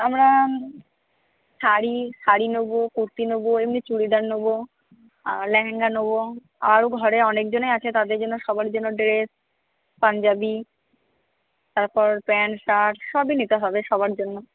আমরা শাড়ি শাড়ি নেব কুর্তি নেব এমনি চুড়িদার নেব আর লেহেঙ্গা নেব আরও ঘরে অনেকজনই আছে তাদের জন্য সবার জন্য ড্রেস পাঞ্জাবি তারপর প্যান্ট শার্ট সবই নিতে হবে সবার জন্য